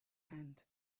hand